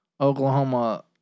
Oklahoma